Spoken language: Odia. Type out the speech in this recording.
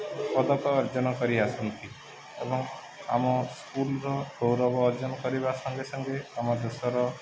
ପଦକ ଅର୍ଜନ କରି ଆସନ୍ତି ଏବଂ ଆମ ସ୍କୁଲର ଗୌରବ ଅର୍ଜନ କରିବା ସଙ୍ଗେ ସଙ୍ଗେ ଆମ ଦେଶର